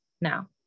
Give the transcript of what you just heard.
now